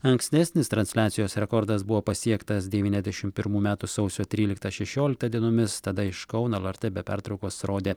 ankstesnis transliacijos rekordas buvo pasiektas devyniasdešim pirmų metų sausio tryliktą šešioliktą dienomis tada iš kauno lrt be pertraukos rodė